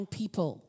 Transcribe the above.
people